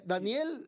Daniel